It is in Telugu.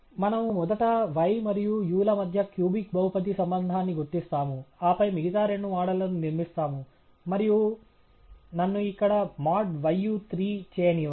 మనము మొదట y మరియు u ల మధ్య క్యూబిక్ బహుపది సంబంధాన్ని గుర్తిస్తాము ఆపై మిగతా రెండు మోడళ్లను నిర్మిస్తాము మరియు నన్ను ఇక్కడ modyu3 చేయనివ్వండి